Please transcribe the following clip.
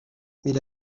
mais